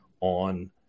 on